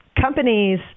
companies